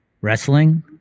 wrestling